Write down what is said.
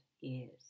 years